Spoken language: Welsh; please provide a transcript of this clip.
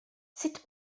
sut